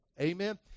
Amen